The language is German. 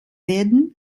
werden